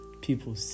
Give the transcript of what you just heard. people